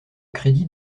crédit